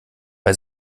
bei